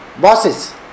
bosses